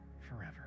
forever